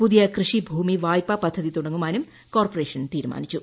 പുതിയ കൃഷി ഭൂമി വായ്പാ പദ്ധതി തുടങ്ങുവാനും കോർപ്പറേഷൻ തീരുമാനിച്ചു